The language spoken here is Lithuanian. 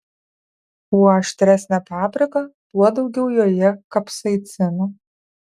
kuo aštresnė paprika tuo daugiau joje kapsaicino